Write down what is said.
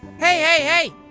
hey hey hey.